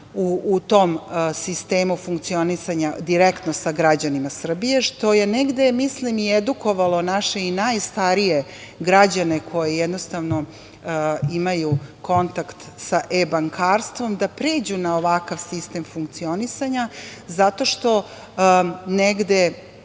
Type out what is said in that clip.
u tom sistemu funkcionisanja direktno sa građanima Srbije, što je negde i edukovalo naše najstarije građane koji imaju kontakta sa e-bankarstvom da pređu na ovakav sistem funkcionisanja zato što negde